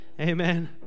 Amen